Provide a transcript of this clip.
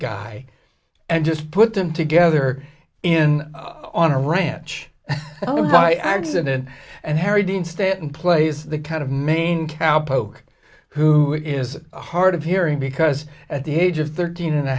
guy and just put them together in on a ranch oh my accident and harry dean stanton plays the kind of main cowpokes who is hard of hearing because at the age of thirteen and a